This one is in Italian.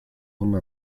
come